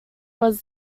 was